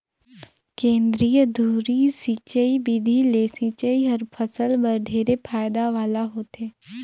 केंद्रीय धुरी सिंचई बिधि ले सिंचई हर फसल बर ढेरे फायदा वाला होथे